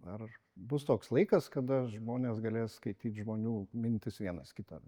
ar bus toks laikas kada žmonės galės skaityt žmonių mintis vienas kito